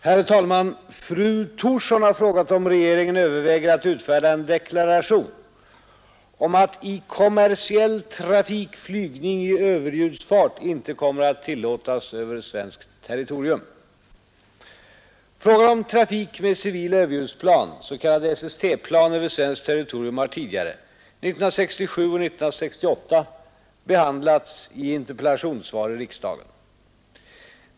Herr talman! Fru Thorsson har frågat om regeringen överväger att utfärda en deklaration om att i kommersiell trafik flygning i överljudsfart inte kommer att tillåtas över svenskt territorium. Frågan om trafik med civila överljudsflygplan, s.k. SST-plan över svenskt territorium har tidigare — 1967 och 1968 — behandlats i interpellationssvar i riksdagen.